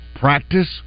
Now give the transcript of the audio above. practice